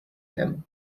him